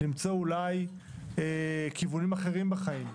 למצוא אולי כיוונים אחרים בחיים,